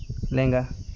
ᱞᱮᱸᱜᱟ